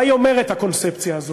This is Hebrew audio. מה היא אומרת, הקונספציה הזאת?